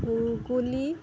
Hooghly